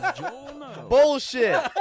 Bullshit